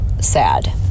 sad